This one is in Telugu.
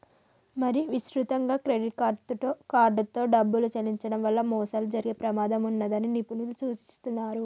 మరీ విస్తృతంగా క్రెడిట్ కార్డుతో డబ్బులు చెల్లించడం వల్ల మోసాలు జరిగే ప్రమాదం ఉన్నదని నిపుణులు సూచిస్తున్నరు